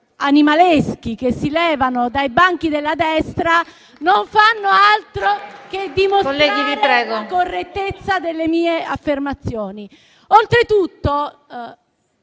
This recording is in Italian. animaleschi che si levano dai banchi della destra non fanno altro che dimostrare la correttezza delle mie affermazioni.